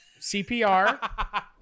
cpr